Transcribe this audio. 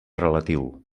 relatiu